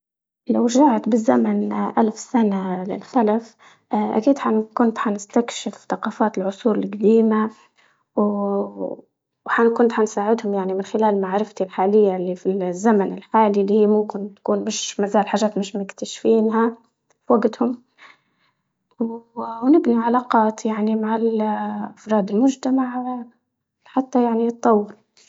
لو رجعت بالزمن اه الف سنة للخلف اه اكيد كنت حنستكشف ثقافات العصور القديمة، وحنكون حنساعدهم يعني من خلال معرفتي الحالية اللي في الزمن الحالي اللي هي ممكن تكون مش ما زال حاجات مش مكتشفينها في وقتهم ونبني علاقات يعني مع افراد المجتمع لحتى يعني يتطور.